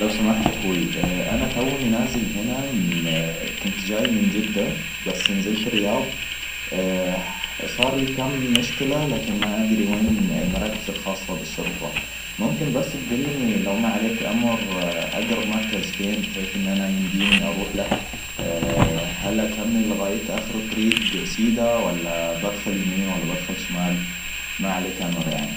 لو سمحت يا اخوي انا توني نازل هنا كنت جاي من جدة بس نزلت الرياض صار لي كم مشكلة لكن ما أدري وين المراكز الخاصة بالشرطة ممكن بس تدلني لو ما عليك أمر اقرب مركز فين بحيث ان انا يمديني اروح له هل اكمل لغاية اخرالطريق سيدا ولا بدخل يمين ولا بدخل شمال؟ ما عليك أمر يعني